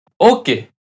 Okay